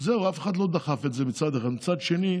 אף אחד לא דחף את זה, מצד אחד, ומצד שני,